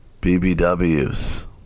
BBWs